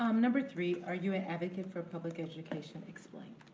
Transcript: um number three. are you a advocate for public education, explain.